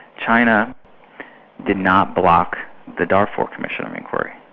china did not block the darfur commission of inquiry,